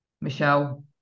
michelle